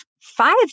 five